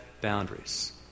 boundaries